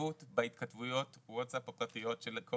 שהתערבות בהתכתבויות ווטסאפ הפרטיות של כל